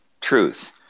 truth